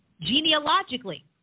genealogically